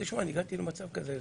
תשמע, הגעתי לסיטואציה